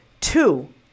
Two